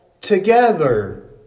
together